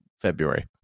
February